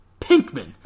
Pinkman